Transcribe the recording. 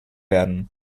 werden